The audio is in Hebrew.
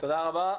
תודה רבה,